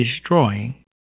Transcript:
destroying